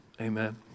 Amen